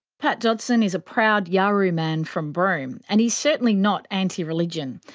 pat dodson is a proud yawuru man from broome, and he's certainly not anti-religion,